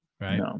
Right